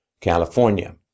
California